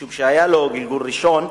משום שהיה לו גלגול ראשון,